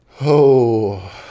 Oh